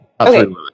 Okay